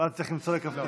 ואז צריך למצוא לכ"ד.